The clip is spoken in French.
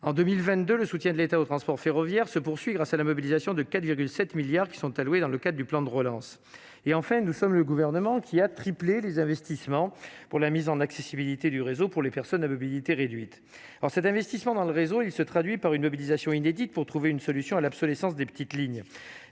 en 2022 le soutien de l'État au transport ferroviaire se poursuit grâce à la mobilisation de 4,7 milliards qui sont alloués dans le cas du plan de relance et, en fait, nous sommes le gouvernement qui a triplé les investissements pour la mise en accessibilité du réseau pour les personnes à mobilité réduite alors cet investissement dans le réseau, il se traduit par une mobilisation inédite pour trouver une solution à l'obsolescence des petites lignes